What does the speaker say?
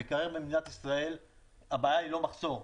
במקרר במדינת ישראל הבעיה היא לא מחסור.